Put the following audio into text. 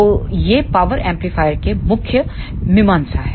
तो ये power amplifier के मुख्य मीमांसा हैं